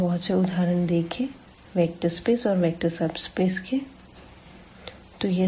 हमने बहुत से उदाहरण देखें वेक्टर स्पेस और वेक्टर सबस्पेस के